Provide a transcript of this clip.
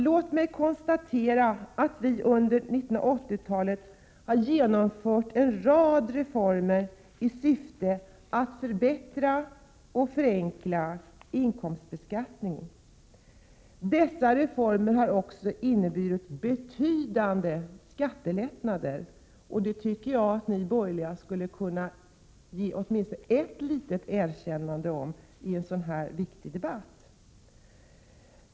Låt mig konstatera att vi under 1980-talet har genomfört en rad reformer i syfte att förbättra och förenkla inkomstbeskattningen. Dessa reformer har också inneburit betydande skattelättnader, och det tycker jag att ni på den borgerliga sidan skulle kunna ge oss ett litet erkännande för i en sådan här viktig debatt.